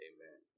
Amen